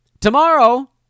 Tomorrow